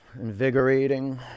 invigorating